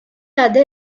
other